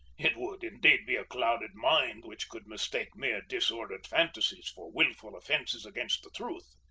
it would indeed be a clouded mind which could mistake mere disordered fancies for willful offenses against the truth.